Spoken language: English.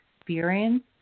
experience